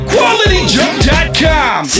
QualityJump.com